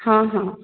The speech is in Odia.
ହଁ ହଁ